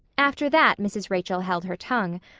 after that mrs. rachel held her tongue,